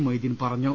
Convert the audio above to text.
മൊയ്തീൻ പറ ഞ്ഞു